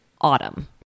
autumn